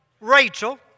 Rachel